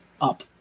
up